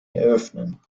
eröffnen